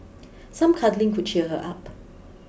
some cuddling could cheer her up